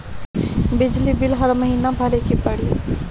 बिजली बिल हर महीना भरे के पड़ी?